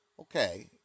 Okay